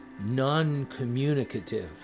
non-communicative